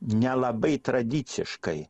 nelabai tradiciškai